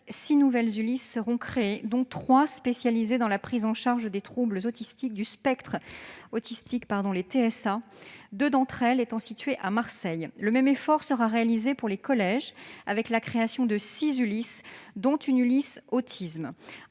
6 nouvelles ULIS seront créées, dont 3 spécialisées dans la prise en charge des troubles du spectre autistique (TSA), deux d'entre elles étant situées à Marseille. Le même effort sera réalisé pour les collèges, avec la création de 6 ULIS, dont une ULIS autisme.